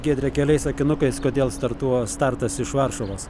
giedre keliais sakinukais kodėl startuo startas iš varšuvos